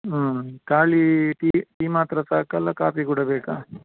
ಹ್ಞೂ ಖಾಲಿ tea tea ಮಾತ್ರ ಸಾಕಲ್ಲ ಕಾಫಿ ಕೂಡ ಬೇಕಾ